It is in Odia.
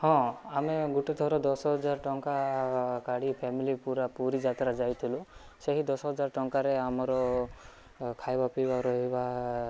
ହଁ ଆମେ ଗୋଟେଥର ଦଶହଜାରଟଙ୍କା ଗାଡ଼ି ଫ୍ୟାମିଲି ପୂରା ପୁରୀଯାତ୍ରା ଯାଇଥିଲୁ ସେହି ଦଶହଜାର ଟଙ୍କାରେ ଆମର ଖାଇବାପିଇବା ରହିବା